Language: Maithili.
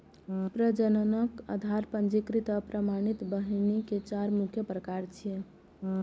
प्रजनक, आधार, पंजीकृत आ प्रमाणित बीहनि के चार मुख्य प्रकार छियै